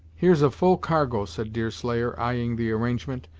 here's a full cargo, said deerslayer, eyeing the arrangement,